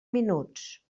minuts